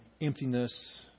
emptiness